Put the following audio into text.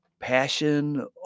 passion